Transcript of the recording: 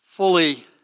Fully